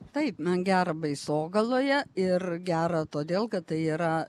taip man gera baisogaloje ir gera todėl kad tai yra